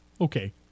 Okay